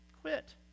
quit